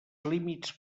límits